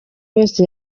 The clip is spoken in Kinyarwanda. wese